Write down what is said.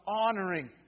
honoring